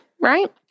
right